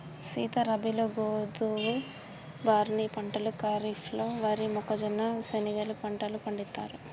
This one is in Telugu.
సీత రబీలో గోధువు, బార్నీ పంటలు ఖరిఫ్లలో వరి, మొక్కజొన్న, శనిగెలు పంట పండిత్తారు